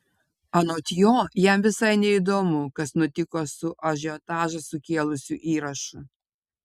anot jo jam visai neįdomu kas nutiko su ažiotažą sukėlusiu įrašu